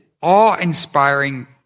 awe-inspiring